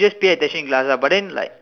just pay attention in class ah but then like